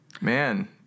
Man